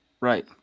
Right